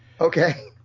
Okay